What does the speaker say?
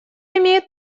имеет